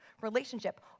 relationship